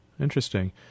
Interesting